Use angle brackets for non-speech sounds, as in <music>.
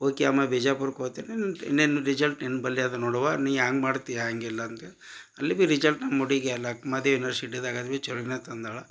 okay ಅಮ್ಮ ಬಿಜಾಪುರಕ್ಕೆ ಒತೀನಿ ಇನ್ನೇನು ರಿಜಲ್ಟ್ ಏನು ಬಲ್ಲಿ ಅದು ನೋಡುವ ನೀ ಯಾಂಗ ಮಾಡ್ತಿಯ ಹಂಗ್ ಇಲ್ಲ ಅಂದರೆ ಅಲ್ಲಿ ಬಿ ರಿಜಲ್ಟ್ ನಮ್ಮ ಹುಡುಗಿ ಅಲ <unintelligible> ಯುನಿವರ್ಸಿಟಿದಾಗ ಚಲೋನ ತಂದಾಳ